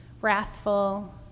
Wrathful